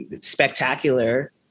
spectacular